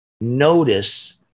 notice